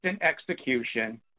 execution